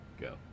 go